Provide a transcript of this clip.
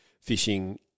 fishing